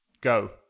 Go